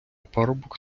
парубок